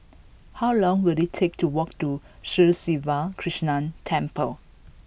how long will it take to walk to Sri Siva Krishna Temple